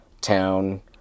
town